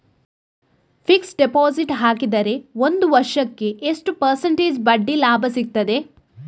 Fixed deposit ಹಾಕಿದರೆ ಒಂದು ವರ್ಷಕ್ಕೆ ಎಷ್ಟು ಪರ್ಸೆಂಟೇಜ್ ಬಡ್ಡಿ ಲಾಭ ಸಿಕ್ತದೆ?